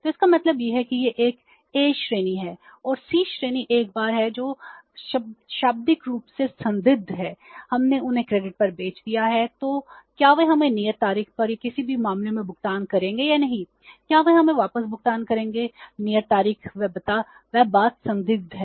तो इसका मतलब यह है कि यह एक ए श्रेणी है और सी श्रेणी एक बार है जो शाब्दिक रूप से संदिग्ध हैं हमने उन्हें क्रेडिट पर बेच दिया है या क्या वे हमें नियत तारीख पर या किसी भी मामले में भुगतान करेंगे या नहीं क्या वे हमें वापस भुगतान करेंगे नियत तारीख वह बात संदिग्ध है